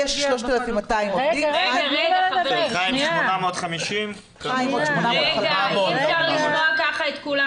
חיים יש עוד 850. --- אי-אפשר לשמוע ככה את כולם,